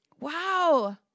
Wow